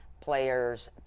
players